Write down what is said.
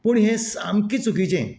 पूण हें सामके चुकीचें